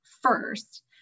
first